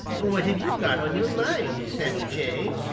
what have you got on your mind, sammy jay?